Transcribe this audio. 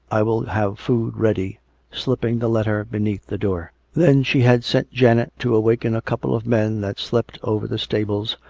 i will have food ready slipping the letter beneath the door. then she had sent janet to awaken a couple of men that slept over the stables,